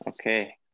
okay